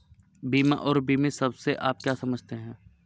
बीमा और बीमित शब्द से आप क्या समझते हैं?